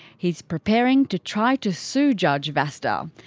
he's preparing to try to sue judge vasta.